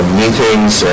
meetings